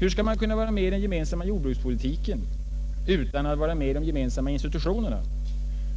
Hur skall man kunna vara med i den gemensamma jordbrukspolitiken utan att vara med i de gemensamma institutionerna?